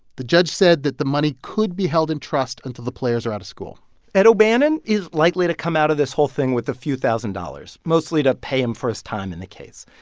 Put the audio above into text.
the judge said that the money could be held in trust until the players are out of school ed o'bannon is likely to come out of this whole thing with a few thousand dollars, mostly to pay him for his time in the case.